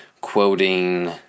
quoting